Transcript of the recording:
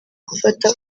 gufata